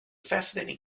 fascinating